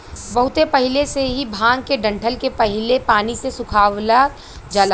बहुत पहिले से ही भांग के डंठल के पहले पानी से सुखवावल जाला